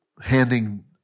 handing